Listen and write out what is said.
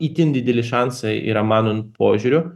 itin dideli šansai yra mano požiūriu